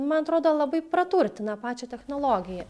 man atrodo labai praturtina pačią technologiją